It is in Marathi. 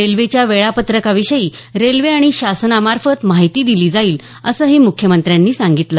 रेल्वेच्या वेळापत्रकाविषयी रेल्वे आणि शासनामार्फत माहिती दिली जाईल असंही मुख्यमंत्र्यांनी सांगितलं